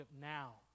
now